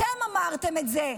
אתם אמרתם את זה.